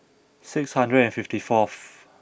six hundred fifty fourth